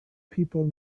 people